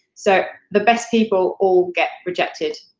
so the best people all get rejected.